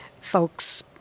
folks